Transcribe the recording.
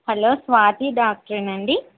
hello Swathi డాక్టరేనా అండి